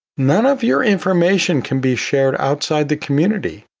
none of your information can be shared outside the community.